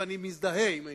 ואני מזדהה עם העניין,